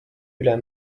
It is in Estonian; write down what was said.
üle